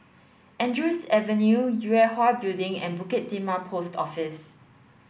Andrews Avenue Yue Hwa Building and Bukit Timah Post Office